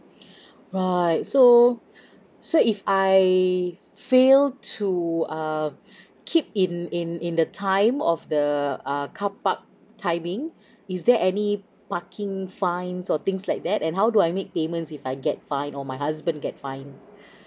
right so so if I fail to err keep in in in the time of the uh car park timing is there any parking fines or things like that and how do I make payments if I get fined or my husband get fined